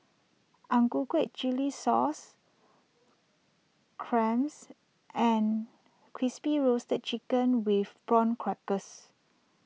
Ang Ku Kueh Chilli Sauce Clams and Crispy Roasted Chicken with Prawn Crackers